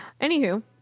Anywho